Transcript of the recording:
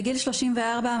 בגיל 34,